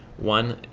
one,